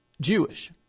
Jewish